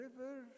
River